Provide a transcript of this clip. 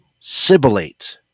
Sibilate